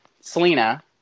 Selena